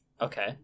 Okay